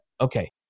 Okay